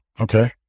okay